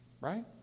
right